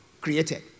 created